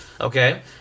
Okay